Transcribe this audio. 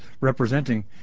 representing